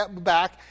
back